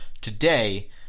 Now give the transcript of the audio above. today